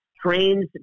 trains